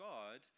God